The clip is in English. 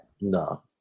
No